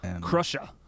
Crusher